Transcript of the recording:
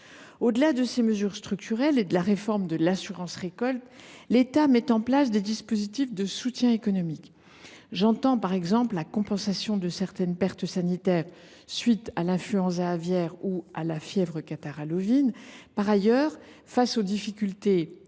Au delà de ces mesures structurelles et de la réforme de l’assurance récolte, l’État met en place des dispositifs de soutien économique. Je pense, par exemple, à la compensation de certaines pertes sanitaires liées à l’influenza aviaire ou à la fièvre catarrhale ovine. Par ailleurs, face aux difficultés